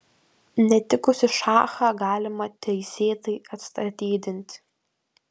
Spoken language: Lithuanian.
netikusį šachą galima teisėtai atstatydinti